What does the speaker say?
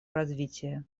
развития